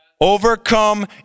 Overcome